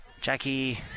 Jackie